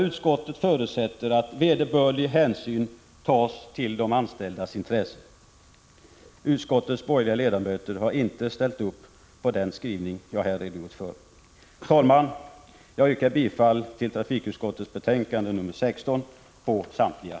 Utskottet förutsätter att vederbörlig hänsyn tas till de anställdas intressen. Utskottets borgerliga ledamöter har dock inte ställt upp på den skrivning jag här redogjort för. Herr talman! Jag yrkar bifall till hemställan på samtliga punkter i trafikutskottets betänkande 16.